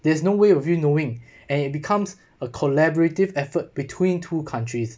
there's no way of you knowing and it becomes a collaborative effort between two countries